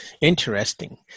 Interesting